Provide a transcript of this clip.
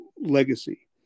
legacy